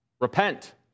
Repent